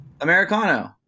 Americano